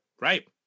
Right